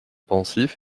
pensif